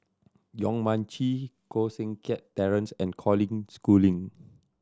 Yong Mun Chee Koh Seng Kiat Terence and Colin Schooling